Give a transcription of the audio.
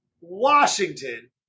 Washington